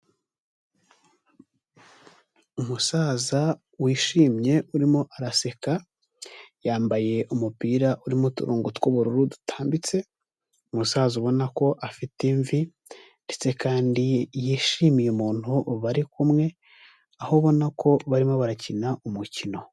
Umusaza wishimye, urimo araseka, yambaye umupira urimo uturongo tw'ubururu dutambitse; umusaza ubona ko afite imvi, ndetse kandi yishimiye umuntu bari kumwe, aho ubona ko barimo barakina umukino.